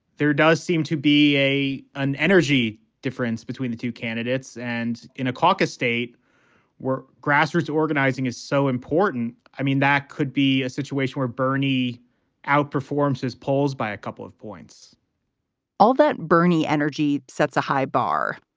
there does seem to be a an energy difference between the two candidates. and in a caucus state where grassroots organizing is so important. i mean, that could be a situation where bernie outperforms his polls by a couple of points all that, bernie, energy sets a high bar.